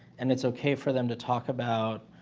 and it's okay for them to talk about,